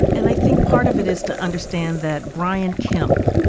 and i think part of it is to understand that brian kemp,